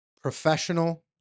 professional